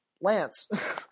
Lance